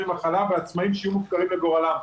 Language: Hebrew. ימי מחלה; ועצמאים שיהיו מופקרים לגורלם.